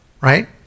right